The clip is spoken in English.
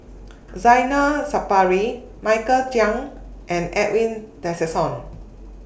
Zainal Sapari Michael Chiang and Edwin Tessensohn